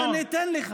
כן, כן, אני אתן לך.